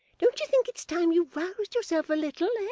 don't you think it's time you roused yourself a little? ah